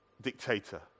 dictator